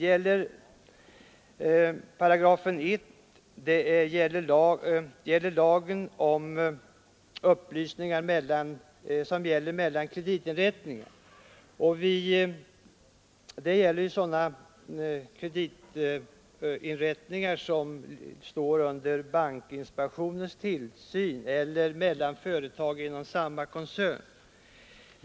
Enligt 1 § gäller lagen inte förmedling av upplysningar mellan kreditinrättningar, i huvudsak sådana som står under bankinspektionens tillsyn, eller mellan företag inom samma koncern.